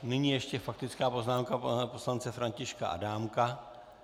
Nyní ještě faktická poznámka pana poslance Františka Adámka.